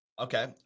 okay